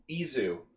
Izu